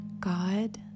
God